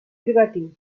privatiu